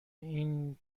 این